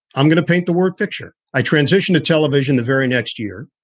i'm going to paint the word picture. i transition to television the very next year.